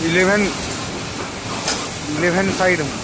eleven eleven side মাঠ